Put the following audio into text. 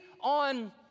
on